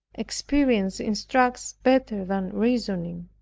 experience instructs better than reasoning.